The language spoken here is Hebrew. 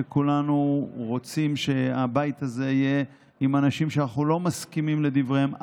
כולנו רוצים שהבית הזה יהיה עם אנשים שאנחנו לא מסכימים לדבריהם,